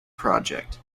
project